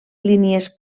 línies